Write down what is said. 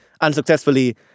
unsuccessfully